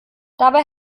dabei